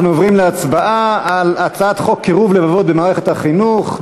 אנחנו עוברים להצבעה על הצעת חוק קירוב לבבות במערכת החינוך,